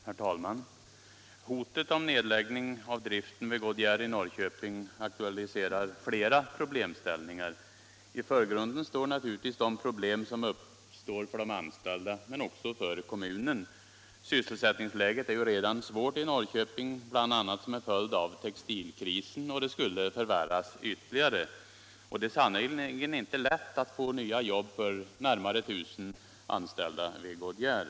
Herr talman! Hotet om nedläggning av driften vid Goodyear i Norrköping aktualiserar flera problemställningar. I förgrunden står naturligtvis de problem som uppkommer för de anställda men också för kommunen. Sysselsättningsläget är redan svårt i Norrköping, bl.a. som en följd av textilkrisen, och det skulle förvärras ytterligare genom en nedläggning av Goodyear. Det är sannerligen inte lätt att få nya jobb för de närmare 1000 anställda vid Goodyear.